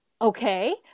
okay